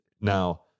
now